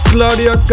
Claudia